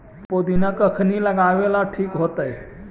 पुदिना कखिनी लगावेला ठिक होतइ?